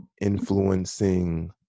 influencing